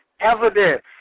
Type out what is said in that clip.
evidence